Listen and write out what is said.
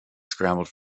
scrambled